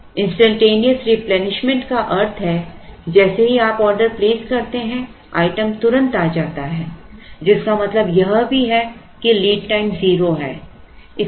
Instantaneous replenishment का अर्थ है जैसे ही आप ऑर्डर प्लेस करते हैं आइटम तुरंत आ जाता है जिसका मतलब यह भी है कि लीड टाइम 0 है